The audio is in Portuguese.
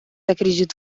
acredito